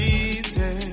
easy